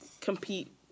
compete